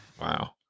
wow